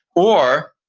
or,